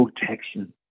protection